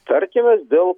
tarkimės dėl